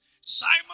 Simon